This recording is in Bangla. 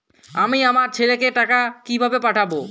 আমি আমার ছেলেকে টাকা কিভাবে পাঠাব?